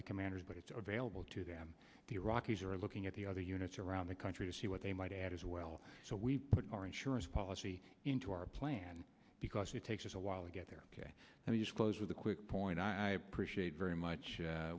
the commanders but it's available to them the iraqis are looking at the other units around the country to see what they might add as well so we put our insurance policy into our plan because it takes us a while to get there and he's close with a quick point i appreciate very much